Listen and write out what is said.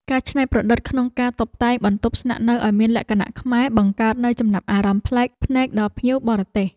ការច្នៃប្រឌិតក្នុងការតុបតែងបន្ទប់ស្នាក់នៅឱ្យមានលក្ខណៈខ្មែរបង្កើតនូវចំណាប់អារម្មណ៍ប្លែកភ្នែកដល់ភ្ញៀវបរទេស។